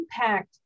impact